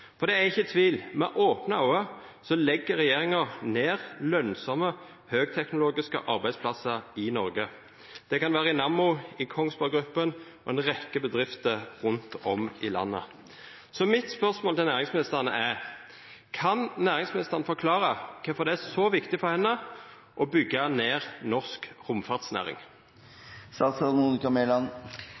For det er ikkje tvil: Med opne auge legg regjeringa ned lønsame høgteknologiske arbeidsplassar i Noreg. Det kan vera i Nammo, i Kongsberg Gruppen eller i ei rekkje bedrifter rundt om i landet. Mitt spørsmål til næringsministeren er: Kan næringsministeren forklara kvifor det er så viktig for ho å byggja ned norsk